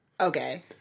okay